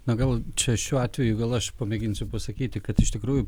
na gal čia šiuo atveju gal aš pamėginsiu pasakyti kad iš tikrųjų